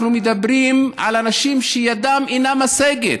אנחנו מדברים על אנשים שידם אינה משגת,